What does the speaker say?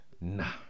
Nah